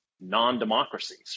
non-democracies